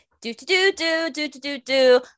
do-do-do-do-do-do-do-do